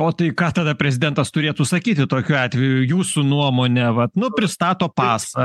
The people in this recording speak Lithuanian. o tai ką tada prezidentas turėtų sakyti tokiu atveju jūsų nuomone vat nu pristato pasą